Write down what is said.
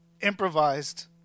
Improvised